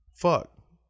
Fuck